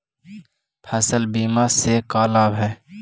फसल बीमा से का लाभ है?